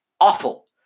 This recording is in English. awful